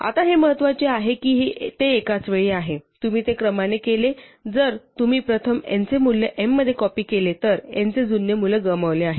आता हे महत्वाचे आहे की ते एकाच वेळी आहे तुम्ही ते दोन्ही क्रमाने केले जर तुम्ही प्रथम n चे मूल्य m मध्ये कॉपी केले तर n चे जुने मूल्य गमावले आहे